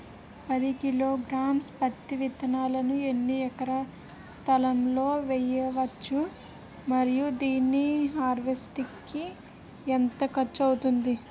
పది కిలోగ్రామ్స్ పత్తి విత్తనాలను ఎన్ని ఎకరాల స్థలం లొ వేయవచ్చు? మరియు దాని హార్వెస్ట్ కి ఎంత ఖర్చు అవుతుంది?